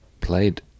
played